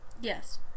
Yes